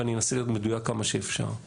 ואני אנסה להיות מדויק כמה שאפשר.